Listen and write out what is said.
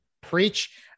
preach